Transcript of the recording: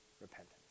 repentance